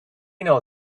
know